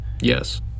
yes